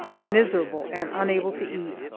miserable and unable to eat.